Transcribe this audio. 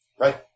Right